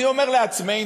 אני אומר לעצמנו: